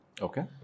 Okay